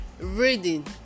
reading